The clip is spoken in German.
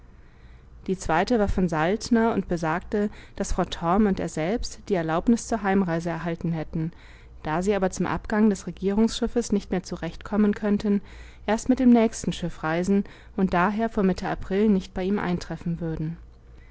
die zweite war von saltner und besagte daß frau torm und er selbst die erlaubnis zur heimreise erhalten hätten da sie aber zum abgang des regierungsschiffes nicht mehr zurechtkommen könnten erst mit dem nächsten schiff reisen und daher vor mitte april nicht bei ihm eintreffen würden